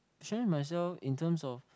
challenge myself in terms of